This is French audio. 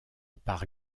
par